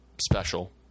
special